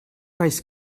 weiß